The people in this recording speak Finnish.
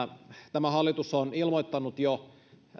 tämä hallitus on ilmoittanut jo